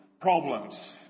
problems